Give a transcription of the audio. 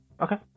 Okay